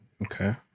Okay